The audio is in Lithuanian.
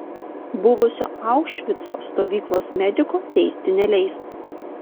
buvusio aušvico stovyklos mediko teisti neleis